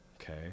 okay